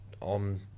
on